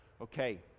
okay